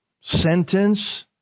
sentence